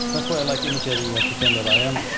that's why i like imitating you, i pretend that i am